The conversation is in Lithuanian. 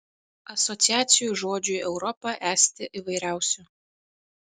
asociacijų žodžiui europa esti įvairiausių